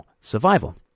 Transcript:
survival